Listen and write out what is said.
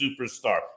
superstar